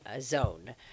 zone